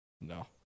No